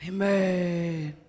Amen